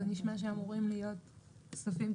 זה נשמע שאמורים להיות תקציבים.